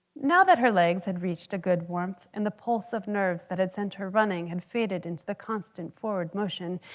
now that her legs had reached a good warmth, and the pulse of nerves that had sent her running had faded into the constant forward motion,